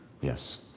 Yes